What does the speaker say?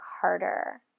harder